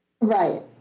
Right